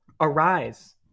arise